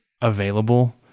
available